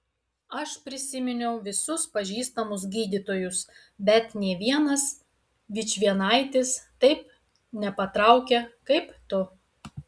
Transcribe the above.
aš prisiminiau visus pažįstamus gydytojus bet nė vienas vičvienaitis taip nepatraukia kaip tu